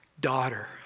Daughter